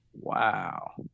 wow